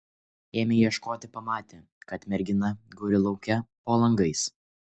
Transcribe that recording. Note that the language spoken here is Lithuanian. ėmę ieškoti pamatę kad mergina guli lauke po langais